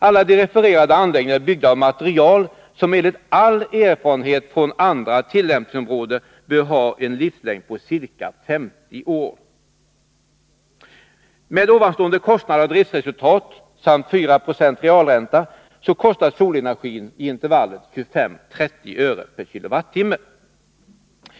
Alla de refererade anläggningarna är byggda i material som enligt all erfarenhet från andra tillämpningsområden bör ha en livslängd på ca 50 år. Med här nämnda kostnader och driftsresultat samt 4 90 realränta kostar solenergin i intervallet 25-30 öre per kWh.